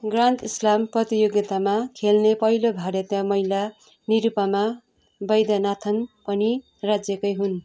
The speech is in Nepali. ग्रान्ड स्लाम प्रतियोगितामा खेल्ने पहिलो भारतीय महिला निरूपमा वैद्यनाथन पनि राज्यकै हुन्